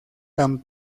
tan